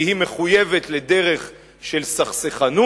כי היא מחויבת לדרך של סכסכנות,